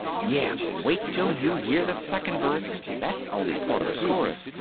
yeah, but wait till you hear the second verse. that's only part of the chorus.